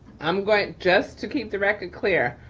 i'm going just to keep the record clear,